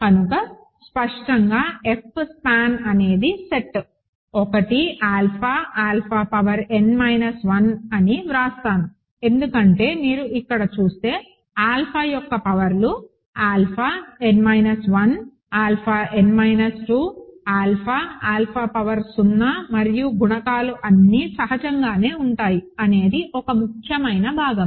కనుక స్పష్టంగా F span అనేది set 1 alpha alpha power n minus 1 అని వ్రాస్తాను ఎందుకంటే మీరు ఇక్కడ చూసే ఆల్ఫా యొక్క పవర్ లు alpha n minus 1 alpha n minus 2 alpha alpha power 0 మరియు గుణకాలు అన్నీ సహజంగానే ఉంటాయి అనేది ఒక ముఖ్యమైన భాగం